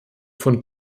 von